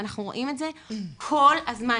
ואנחנו רואים את זה כל הזמן,